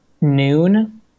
noon